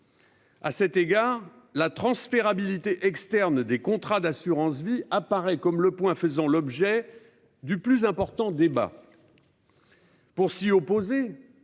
À cet égard la transférabilité externe des contrats d'assurance-vie apparaît comme le point faisant l'objet du plus important débat. Pour s'y opposer.